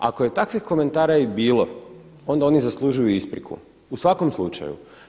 Ako je takvih komentara i bilo, onda oni zaslužuju ispriku u svakom slučaju.